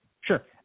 Sure